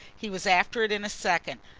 he was after it in a second.